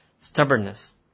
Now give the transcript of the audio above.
Stubbornness